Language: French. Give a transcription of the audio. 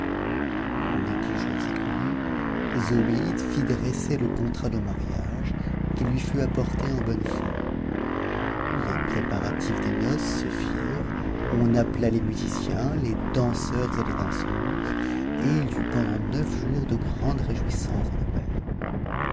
les dix jours écoulés zobéide fit dresser le contrat de mariage qui lui fut apporté en bonne forme les préparatifs des noces se firent on appela les musiciens les danseurs et les danseuses et il y eut pendant neuf jours de grandes réjouissances dans le palais